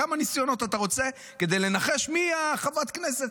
כמה ניסיונות אתה רוצה כדי לנחש מי חברת הכנסת